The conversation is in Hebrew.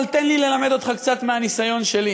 אבל תן לי ללמד אותך קצת מהניסיון שלי.